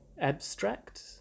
abstract